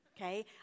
Okay